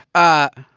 ah,